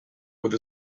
with